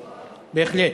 בהחלט.